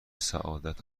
سعادت